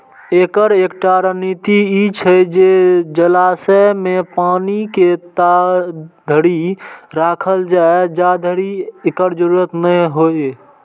एकर एकटा रणनीति ई छै जे जलाशय मे पानि के ताधरि राखल जाए, जाधरि एकर जरूरत नै हो